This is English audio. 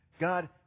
God